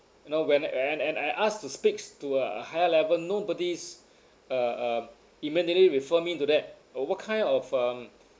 you know when and and I asked to speaks to a higher level nobody's uh uh immediately refer me to that uh what kind of um